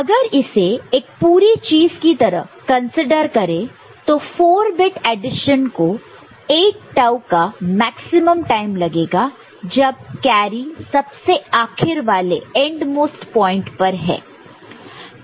अगर इसे एक पूरे चीज की तरह कंसीडर करें तो 4 बिट एडिशन को 8 टाऊ का मैक्सिमम टाइम लगेगा जब कैरी सबसे आखिर वाले पॉइंट एंडमोस्ट endmost पर है